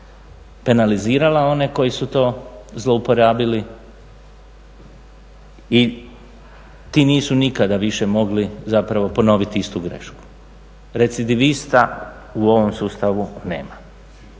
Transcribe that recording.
penalizirala one koji su to zlouporabili i ti nisu nikada više mogli zapravo ponoviti istu grešku, … u ovom sustavu nema,